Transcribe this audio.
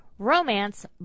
Romance